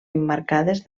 emmarcades